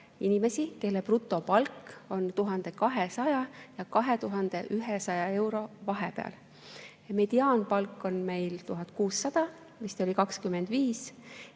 inimesi, kelle brutopalk on 1200 ja 2100 euro vahepeal. Mediaanpalk on meil 1600 – vist 1625